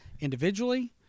individually